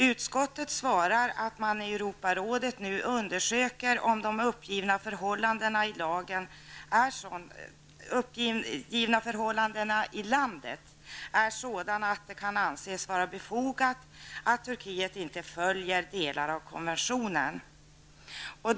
Utskottet svarar att man nu i Europarådet undersöker om de uppgivna förhållandena i landet är sådana att det kan anses vara befogat att Turkiet inte följer delar av konventionen.